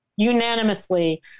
unanimously